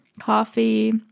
Coffee